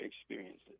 experiences